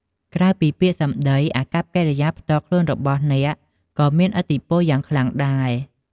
ក្រៅពីពាក្យសម្ដី អាកប្បកិរិយាផ្ទាល់ខ្លួនរបស់អ្នកក៏មានឥទ្ធិពលយ៉ាងខ្លាំងដែរ។